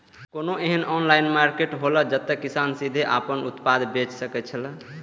कोनो एहन online market हौला जते किसान सीधे आपन उत्पाद बेच सकेत छला?